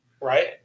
right